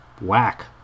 whack